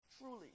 truly